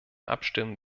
abstimmen